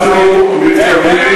אנחנו מתכוונים